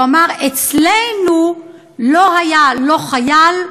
והוא אמר: אצלנו לא היה לא חייל,